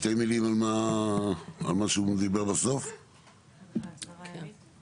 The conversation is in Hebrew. וכל אלה יחוברו יחד לרישיון משולב אחד בראיה של הסביבה שהיא תתכלל אותו.